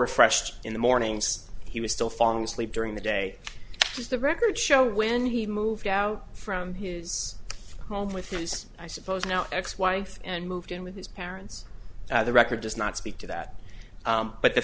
refreshing in the mornings he was still falling asleep during the day because the records show when he moved out from his home with his i suppose now ex wife and moved in with his parents the record does not speak to that but the